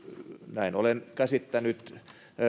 näin olen käsittänyt